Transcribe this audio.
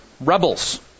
Rebels